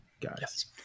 guys